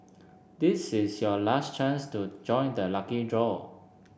this is your last chance to join the lucky draw